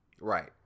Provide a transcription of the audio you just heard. Right